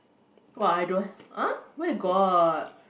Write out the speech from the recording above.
!wah! I don't ah where got